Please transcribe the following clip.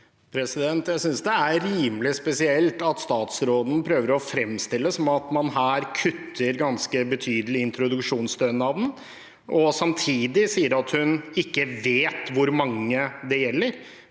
Jeg synes det er ri- melig spesielt at statsråden prøver å fremstille det som om man her kutter ganske betydelig i introduksjonsstønaden, samtidig som hun sier at hun ikke vet hvor mange det gjelder.